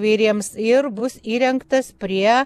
įvairiems ir bus įrengtas prie